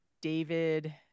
David